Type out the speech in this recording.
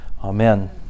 amen